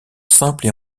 simple